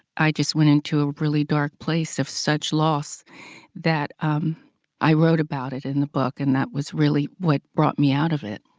i just went into a really dark place of such loss that um i wrote about it in the book and that was really what brought me out of it.